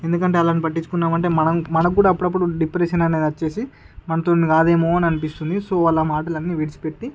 ఎందుకంటే వాళ్లని పట్టించుకున్నామంటే మనం మనకి కూడా అప్పుడప్పుడు డిప్రెషన్ అనేది వచ్చేసి మనతోనే కాదేమో అని అనిపిస్తుంది సో వాళ్ల మాటలు అన్నీ విడిచిపెట్టి